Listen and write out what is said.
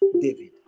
David